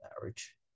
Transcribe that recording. marriage